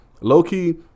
low-key